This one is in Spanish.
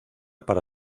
para